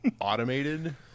automated